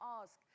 ask